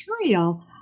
material